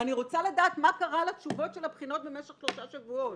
ואני רוצה לדעת מה קרה לתשובות של הבחינות במשך שלושה שבועות.